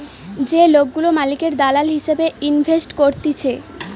যে লোকগুলা মালিকের দালাল হিসেবে ইনভেস্ট করতিছে